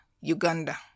Uganda